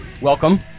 Welcome